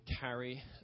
carry